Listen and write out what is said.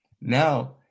Now